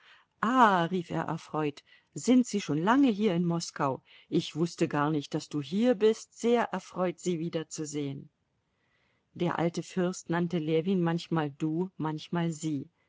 rief er erfreut sind sie schon lange hier in moskau ich wußte gar nicht daß du hier bist sehr erfreut sie wiederzusehen der alte fürst nannte ljewin manchmal du manchmal sie